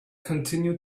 continued